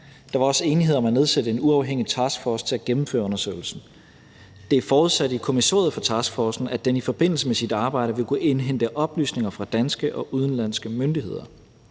Der var også enighed om at nedsætte en uafhængig taskforce til at gennemføre undersøgelsen. Det er forudsat i kommissoriet for taskforcen, at den i forbindelse med sit arbejde vil kunne indhente oplysninger fra danske og udenlandske myndigheder.